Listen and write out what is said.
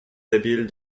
habile